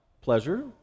pleasure